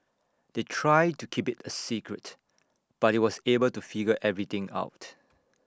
they tried to keep IT A secret but he was able to figure everything out